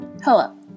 Hello